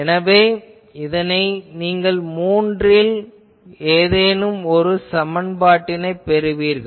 எனவே நீங்கள் இந்த மூன்றில் ஏதேனும் ஒரு சமன்பாட்டினைப் பெறுவீர்கள்